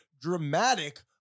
dramatic